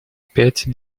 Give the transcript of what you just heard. пять